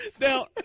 Now